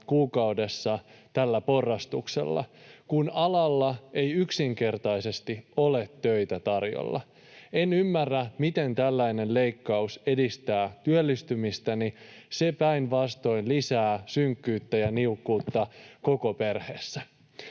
kuukaudessa tällä porrastuksella, kun alalla ei yksinkertaisesti ole töitä tarjolla. En ymmärrä, miten tällainen leikkaus edistää työllistymistäni. Se päinvastoin lisää synkkyyttä ja niukkuutta koko perheessä.